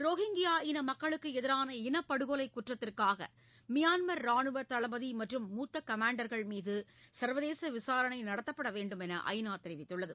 Rohingya இன மக்களுக்கு எதிரான இனப்படுகொலை குற்றத்திற்காக மியான்மர் ராணுவ தளபதி மற்றும் மூத்த கமாண்டர்கள் மீது சர்வதேச விசாரணை நடத்தப்பட வேண்டும் என ஐநா தெரிவித்துள்ளது